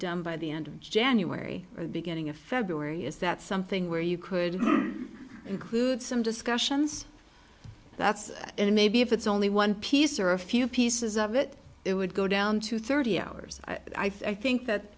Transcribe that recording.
done by the end of january or beginning of february is that something where you could include some discussions that's in maybe if it's only one piece or a few pieces of it it would go down to thirty hours i think that